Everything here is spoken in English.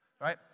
right